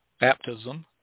baptism